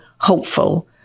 hopeful